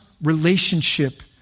relationship